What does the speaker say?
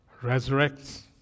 resurrects